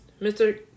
Mr